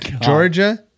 Georgia